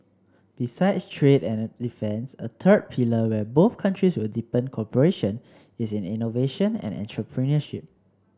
besides trade and defence a third pillar where both countries will deepen cooperation is in innovation and entrepreneurship